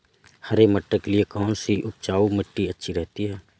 हरे मटर के लिए कौन सी उपजाऊ मिट्टी अच्छी रहती है?